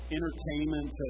Entertainment